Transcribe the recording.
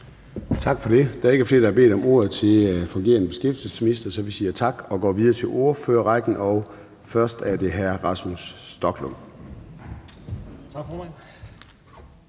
Tak for det. Der er ikke flere, der har bedt om ordet for en kort bemærkning til den fungerende beskæftigelsesminister. Så vi siger tak og går videre til ordførerrækken. Først er det hr. Rasmus Stoklund.